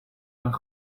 een